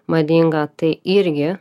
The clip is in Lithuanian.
madinga tai irgi